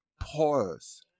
Pause